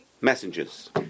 messengers